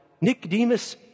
Nicodemus